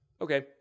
okay